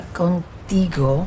contigo